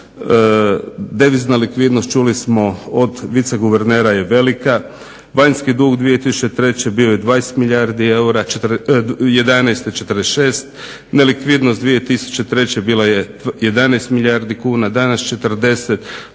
devizna likvidnost čuli smo od viceguvernera je velika, vanjski dug 2003.bio je 20 milijardi eura, 2011. 46, nelikvidnost 2003.bila je 11 milijardi kuna, danas 40,